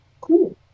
Cool